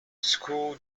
school